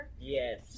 Yes